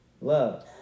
love